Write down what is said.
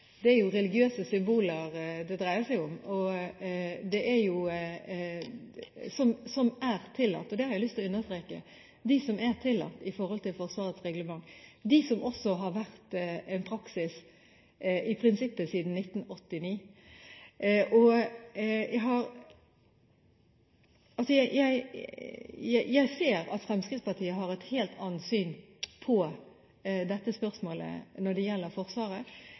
Det er religiøse symboler som er tillatt i henhold til Forsvarets reglement, det dreier seg om. Det har jeg lyst til å understreke. Dette har vært en praksis i prinsippet siden 1989. Jeg ser at Fremskrittspartiet har et helt annet syn på dette spørsmålet når det gjelder Forsvaret.